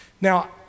Now